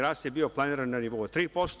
Rast je planiran na nivou od 3%